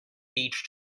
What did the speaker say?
beach